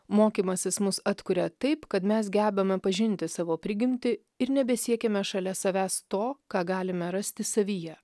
mokymąsis mus atkuria taip kad mes gebame pažinti savo prigimtį ir nebesiekiame šalia savęs to ką galime rasti savyje